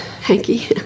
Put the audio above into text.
hanky